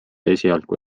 esialgu